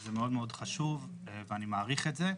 זה מאוד מאוד חשוב ואני מעריך את זה.